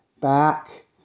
back